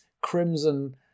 crimson